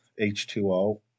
H2O